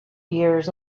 years